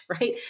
Right